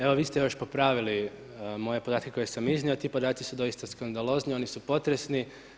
Evo vi ste još popravili moje podatke koje sam iznio, ti podaci su doista skandalozni, oni su potresni.